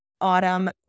autumn